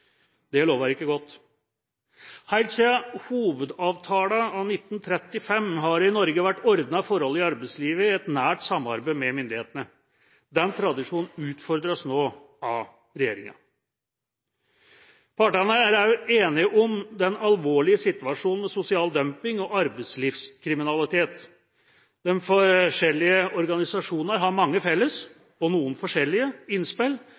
Det lover ikke godt. Helt siden Hovedavtalen av 1935 har det i Norge vært ordnede forhold i arbeidslivet i et nært samarbeid med myndighetene. Den tradisjonen utfordres nå av regjeringa. Partene er også enige om den alvorlige situasjonen med sosial dumping og arbeidslivskriminalitet. De forskjellige organisasjonene har mange felles innspill,